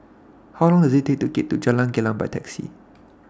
How Long Does IT Take to get to Jalan Gelam By Taxi